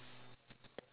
oh what